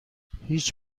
هیچ